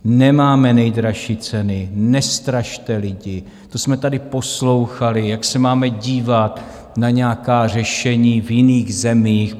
Nemáme nejdražší ceny, nestrašte lidi to jsme tady poslouchali, jak se máme dívat na nějaká řešení v jiných zemích.